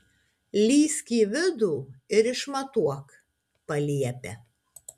lįsk į vidų ir išmatuok paliepia